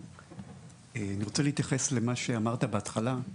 אני רוצה להתייחס למה שאמרת בהתחלה.